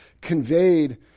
conveyed